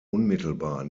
unmittelbar